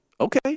Okay